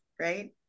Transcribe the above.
right